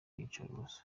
iyicarubozo